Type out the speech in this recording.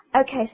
Okay